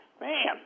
man